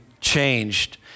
changed